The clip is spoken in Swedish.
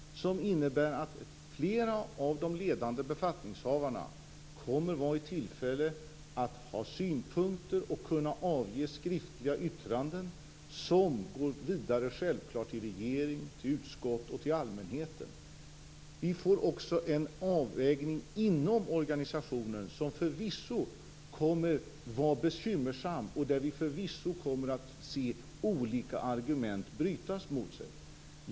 Där kommer flera av de ledande befattningshavarna att ha tillfälle att framföra synpunkter och avge skriftliga yttranden, som självfallet går vidare till regeringen, till utskott och till allmänheten. Vi får också en avvägning inom organisationen som förvisso kommer att vara bekymmersam och där vi förvisso kommer att få se olika argument brytas mot varandra.